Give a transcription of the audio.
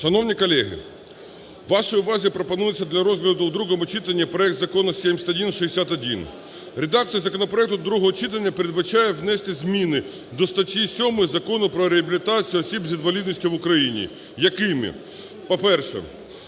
Шановні колеги, вашій увазі пропонується до розгляду у другому читанні проект Закону 7161. Редакція законопроекту другого читання передбачає внести зміни до статті 7 Закону про реабілітацію осіб з інвалідністю в Україні, якими, по-перше,